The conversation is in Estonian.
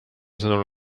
sõnul